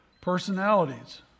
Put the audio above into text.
Personalities